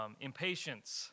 Impatience